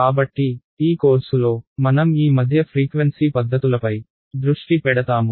కాబట్టి ఈ కోర్సులో మనం ఈ మధ్య ఫ్రీక్వెన్సీ పద్ధతులపై దృష్టి పెడతాము